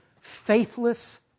faithless